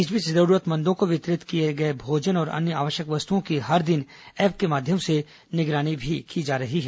इस बीच जरूरतमंदों को वितरित किए जा रहे भोजन और अन्य आवश्यक वस्तुओं की हर दिन ऐप के माध्यम से मॉनिटरिंग भी की जा रही है